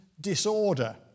disorder